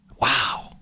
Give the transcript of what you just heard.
Wow